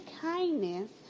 kindness